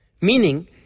Meaning